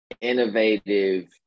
innovative